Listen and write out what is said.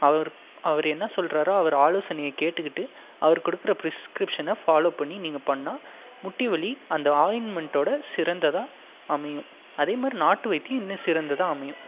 அவர் அவர் என்ன சொல்கிறாரோ அவர் ஆலோசனையை கேட்டுக்கிட்டு அவர் கொடுக்குற பிரிஸ்கிரிப்ஷனை ஃபாலோவ் பண்ணி நீங்கள் பண்ணா முட்டி வலி அந்த ஆயின்மென்ட்டோட சிறந்ததாக அமையும் அதே மாதிரி நாட்டு வைத்தியம் இன்னும் சிறந்ததாக அமையும்